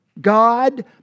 God